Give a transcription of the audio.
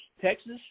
Texas